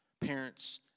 Parents